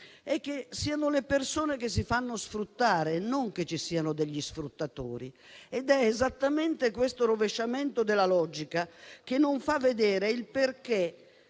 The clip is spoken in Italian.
è che siano le persone a farsi sfruttare, non che ci siano degli sfruttatori. È esattamente questo rovesciamento della logica che non fa vedere il perché